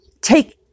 Take